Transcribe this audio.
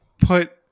Put